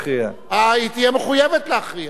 היא תהיה מחויבת להכריע, היא חייבת.